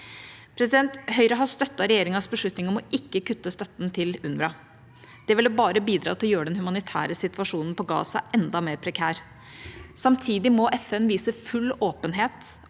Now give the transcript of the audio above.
Israel. Høyre har støttet regjeringas beslutning om ikke å kutte støtten til UNRWA. Det ville bare bidra til å gjøre den humanitære situasjonen på Gaza enda mer prekær. Samtidig må FN vise full åpenhet